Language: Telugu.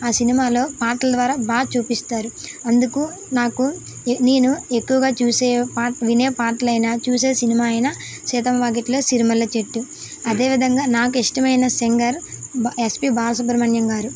ఆ సినిమాలో పాటల ద్వారా బాగా చూపిస్తారు అందుకు నాకు నేను ఎక్కువగా చూసే వినే పాటలు అయినా చూసే సినిమా అయినా సీతమ్మవాకిట్లో సిరిమల్లెచెట్టు అదేవిధంగా నాకు ఇష్టమైన సింగర్ ఎస్పీ బాలసుబ్రమణ్యం గారు